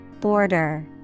Border